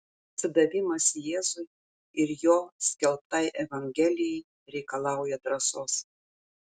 atsidavimas jėzui ir jo skelbtai evangelijai reikalauja drąsos